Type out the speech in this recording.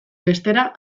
bestera